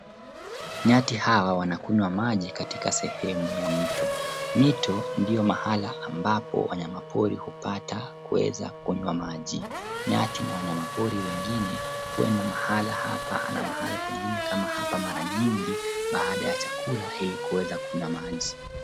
Nyati hawa wanakunywa maji katika sehemu ya mto. Mito ndio mahala ambapo wanyama pori hupata kuweza kunywa maji. Nyati na wanyama pori wengine huenda mahala hapa na mahala pengine kama hapa mara nyingi baada ya chakula ili kuweza kunywa maji.